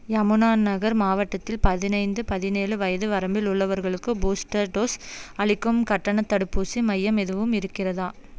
யமுனா நகர் மாவட்டத்தில் பதினைந்து பதினேழு வயது வரம்பில் உள்ளவர்களுக்கு பூஸ்டர் டோஸ் அளிக்கும் கட்டணத் தடுப்பூசி மையம் எதுவும் இருக்கிறதா